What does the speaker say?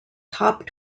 top